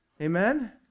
Amen